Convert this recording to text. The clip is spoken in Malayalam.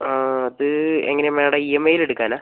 ആ അത് എങ്ങനെയാണ് മേഡം ഇ എം ഐലെടുക്കാനാണോ